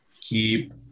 keep